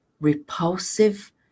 repulsive